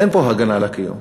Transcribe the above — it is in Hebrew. אין פה הגנה על הקיום.